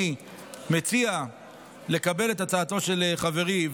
אני מציע לקבל את הצעתו של חברי,